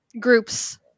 groups